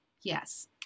Yes